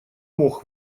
мог